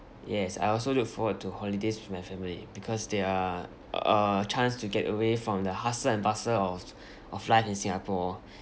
yes I also look forward to holidays with my family because they are a chance to get away from the hustle and bustle of of life in singapore